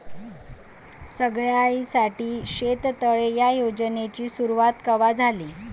सगळ्याइसाठी शेततळे ह्या योजनेची सुरुवात कवा झाली?